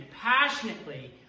passionately